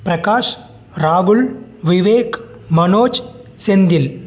ப்ரகாஷ் ராகுல் விவேக் மனோஜ் செந்தில்